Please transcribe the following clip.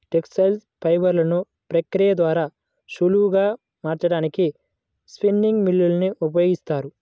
textile ఫైబర్లను ప్రక్రియ ద్వారా నూలులాగా మార్చడానికి స్పిన్నింగ్ మ్యూల్ ని ఉపయోగిస్తారు